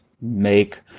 make